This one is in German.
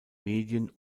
medien